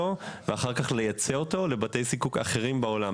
ואחר כך לייצא אותו לבתי זיקוק אחרים בעולם.